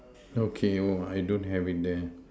okay oh I don't have it there